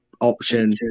option